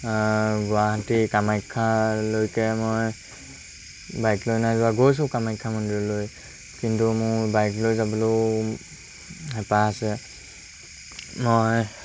গুৱাহাটী কামাখ্যালৈকে মই বাইক লৈ নাই যোৱা গৈছোঁ কামাখ্যা মন্দিৰলৈ কিন্তু মোৰ বাইক লৈ যাবলৈও হেঁপাহ আছে মই